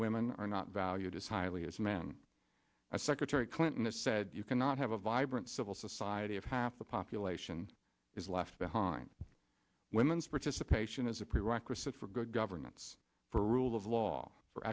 women are not valued as highly as men as secretary clinton said you cannot have a vibrant civil society of half the population is left behind women's participation is a prerequisite for good governance for rule of law for